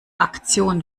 aktion